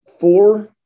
four